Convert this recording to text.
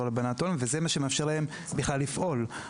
הלבנת הון וזה מה שמאפשר להן בכלל לפעול.